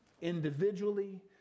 individually